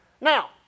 Now